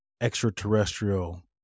extraterrestrial